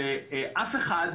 ח"כ אוסאמה סעדי,